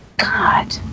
god